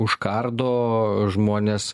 užkardo žmones